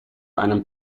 einem